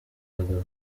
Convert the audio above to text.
bagabo